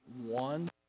one